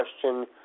question